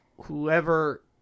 whoever